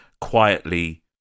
quietly